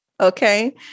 okay